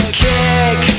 kick